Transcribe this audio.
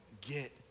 get